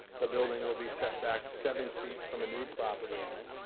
the building will be set back seven feet from a new property line.